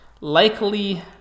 likely